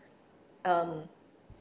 um